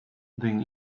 then